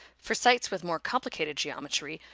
for sites with more complicated geometry,